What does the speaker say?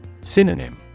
Synonym